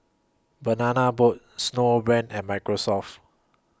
Banana Boat Snowbrand and Microsoft